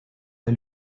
est